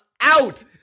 out